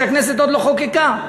כשהכנסת עוד לא חוקקה.